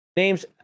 names